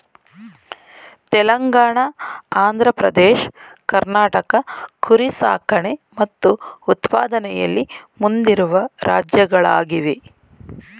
ತೆಲಂಗಾಣ ಆಂಧ್ರ ಪ್ರದೇಶ್ ಕರ್ನಾಟಕ ಕುರಿ ಸಾಕಣೆ ಮತ್ತು ಉತ್ಪಾದನೆಯಲ್ಲಿ ಮುಂದಿರುವ ರಾಜ್ಯಗಳಾಗಿವೆ